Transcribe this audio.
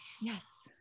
Yes